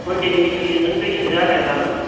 मन्दिरनि मेसिनजों नों दै सोदो आरो गाबोन